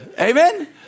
Amen